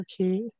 okay